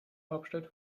hauptstadt